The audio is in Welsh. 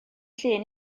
llun